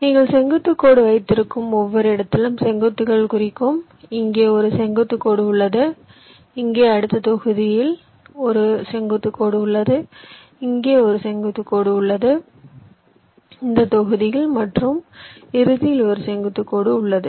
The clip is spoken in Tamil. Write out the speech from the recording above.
நீங்கள் செங்குத்து கோடு வைத்திருக்கும் ஒவ்வொரு இடத்திலும் செங்குத்துகள் குறிக்கும் இங்கே ஒரு செங்குத்து கோடு உள்ளது இங்கே அடுத்து தொகுதியில் இங்கே ஒரு செங்குத்து கோடு உள்ளது இங்கே ஒரு செங்குத்து கோடு உள்ளது இங்கே இந்த தொகுதியில் இங்கே மற்றும் இறுதியில் ஒரு செங்குத்து கோடு உள்ளது